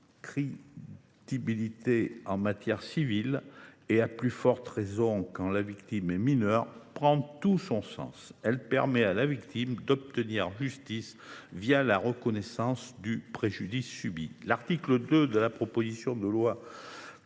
l’imprescriptibilité en matière civile, à plus forte raison quand la victime est mineure, prend tout son sens. Elle permet à la victime d’obtenir justice, la reconnaissance du préjudice subi. L’article 2 de la proposition de loi